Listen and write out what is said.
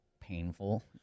painful